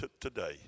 today